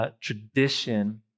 Tradition